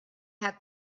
had